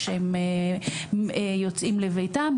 כשהם יוצאים לביתם,